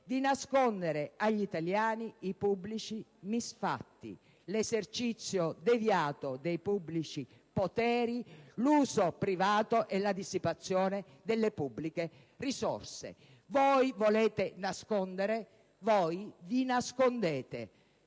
di nascondere agli italiani i pubblici misfatti, l'esercizio deviato dei pubblici poteri, l'uso privato e la dissipazione delle pubbliche risorse. Voi volete nascondere, voi vi nascondete.